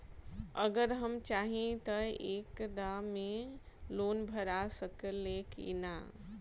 अगर हम चाहि त एक दा मे लोन भरा सकले की ना?